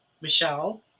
Michelle